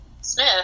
Smith